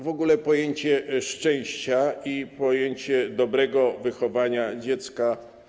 W ogóle jest tu pojęcie szczęścia i pojęcie dobrego wychowania dziecka.